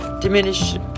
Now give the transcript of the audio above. diminish